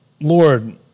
Lord